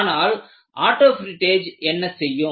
ஆனால் autofrettage என்ன செய்யும்